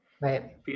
Right